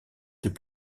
des